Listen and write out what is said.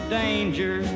danger